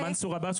מנסור עבאס,